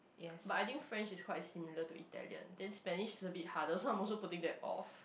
but I think French is quite similar to Italian then Spanish is a bit harder so I am also putting that off